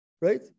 Right